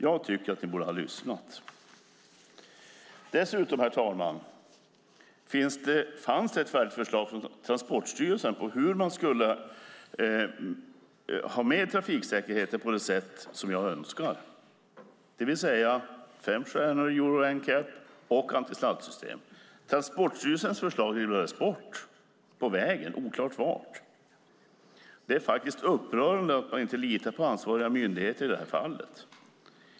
Jag tycker att regeringen borde ha lyssnat. Herr talman! Det fanns ett färdigt förslag från Transportstyrelsen på hur man skulle ha det med trafiksäkerheten, på det sätt som jag önskar, det vill säga fem stjärnor i Euro NCAP och antisladdsystem. Transportstyrelsens förslag hyvlades bort. Det försvann på vägen, oklart vart. Det är upprörande att man inte litar på ansvariga myndigheter i det här fallet.